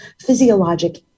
physiologic